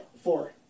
four